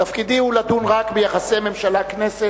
תפקידי הוא לדון רק ביחסי ממשלה כנסת,